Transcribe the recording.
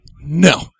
No